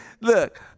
look